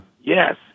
Yes